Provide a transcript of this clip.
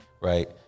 right